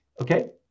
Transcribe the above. Okay